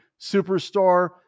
superstar